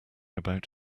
about